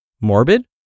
Morbid